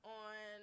on